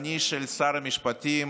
ההרסני של שר המשפטים